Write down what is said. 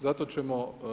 Zato ćemo…